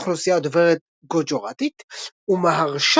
בעלת אוכלוסייה דוברת גוג'ראטית ומהראשטרה,